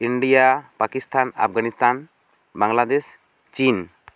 India Pakistan Afghanistan Bangladesh ᱪᱤᱱ